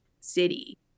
city